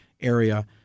area